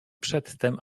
przedtem